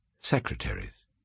secretaries